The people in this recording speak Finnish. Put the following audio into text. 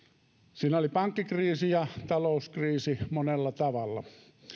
siinä oli pankkikriisi ja talouskriisi monella tavalla